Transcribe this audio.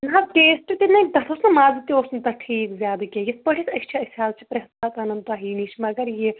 نَہ حظ ٹیسٹہٕ تہِ نَے تَتھ اوس نٕہ مَزٕ تہِ اوس نہٕ تَتھ ٹھیٖک زیادٕ کیٚنٛہہ یِتھ پٲٹھۍ أسۍ چھِ أسۍ حظ چھِ پرٮ۪تھ ساتہٕ اَنان تۄہے نِش مگر یہِ